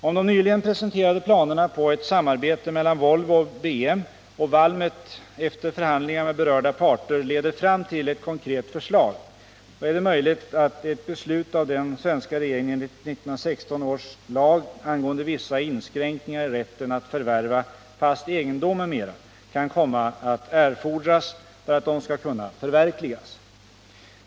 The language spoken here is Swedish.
Om de nyligen presenterade planerna på ett samarbete mellan Volvo BM och Valmet efter förhandlingar med berörda parter leder fram till ett konkret förslag, är det möjligt att ett beslut av den svenska regeringen enligt 1916 års lag angående vissa inskränkningar i rätten att förvärva fast egendom m.m. kan komma att erfordras för att de skall kunna förverkligas.